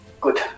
good